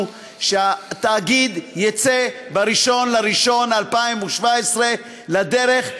שהתאגיד יצא ב-1 בינואר 2017 לדרך,